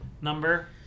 number